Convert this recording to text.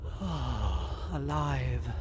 Alive